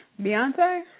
Beyonce